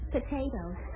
Potatoes